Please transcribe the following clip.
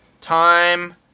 time